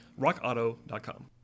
rockauto.com